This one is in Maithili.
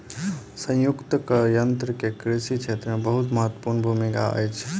संयुक्तक यन्त्र के कृषि क्षेत्र मे बहुत महत्वपूर्ण भूमिका अछि